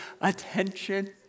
attention